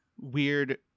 weird